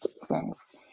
seasons